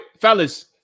fellas